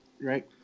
right